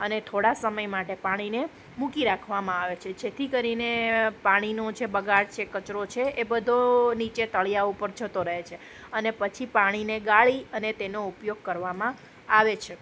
અને થોડા સમય માટે પાણીને મુકી રાખવામાં આવે છે જેથી કરીને પાણીનો જે બગાડ છે કચરો છે એ બધો નીચે તળીયા પર જતો રહે છે અને પછી પાણીને ગાળીને તેનો ઉપયોગ કરવામાં આવે છે